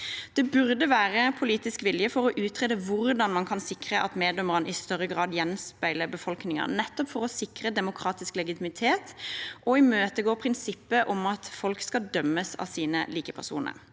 Det burde være politisk vilje til å utrede hvordan man kan sikre at meddommerne i større grad gjenspeiler befolkningen, nettopp for å sikre demokratisk legitimitet og å imøtekomme prinsippet om at folk skal dømmes av sine likepersoner.